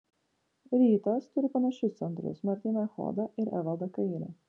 rytas turi panašius centrus martyną echodą ir evaldą kairį